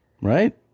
right